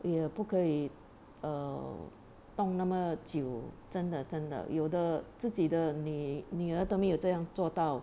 也不可以 err 动那么久真的真的有的自己的你女儿都没有这样做到